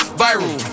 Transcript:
viral